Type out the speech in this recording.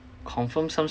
confirm some